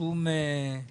כי